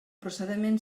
procediment